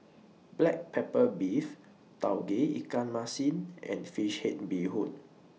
Black Pepper Beef Tauge Ikan Masin and Fish Head Bee Hoon